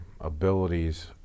abilities